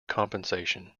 compensation